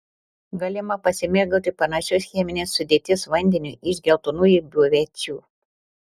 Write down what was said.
galima pasimėgauti panašios cheminės sudėties vandeniu iš geltonųjų biuvečių